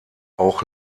auch